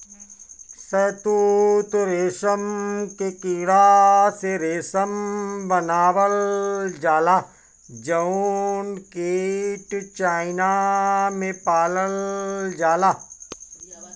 शहतूत रेशम के कीड़ा से रेशम बनावल जाला जउन कीट चाइना में पालल जाला